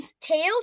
tail